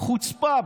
חוצפה.